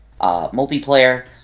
multiplayer